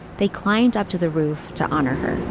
they climbed up to the roof to honor her.